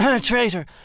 Traitor